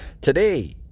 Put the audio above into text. Today